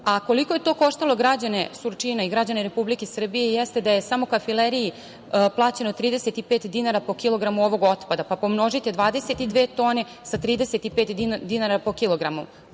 a koliko je to koštalo građane Surčina i građana Republike Srbije jeste da je samo kafileriji plaćeno 35 dinara po kilogramu ovog otpada, pa pomnožite 22 tone sa 35 dinara po kilograma,